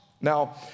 Now